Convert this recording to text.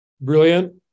brilliant